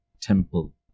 temple